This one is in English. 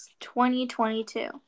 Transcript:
2022